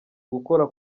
gukora